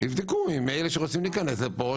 יבדקו אם אלה שרוצים להיכנס לפה,